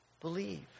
believe